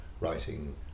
writing